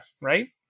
right